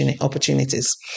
opportunities